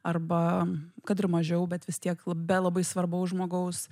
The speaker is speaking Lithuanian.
arba kad ir mažiau bet vis tiek la be labai svarbaus žmogaus